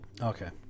Okay